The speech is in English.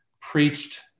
preached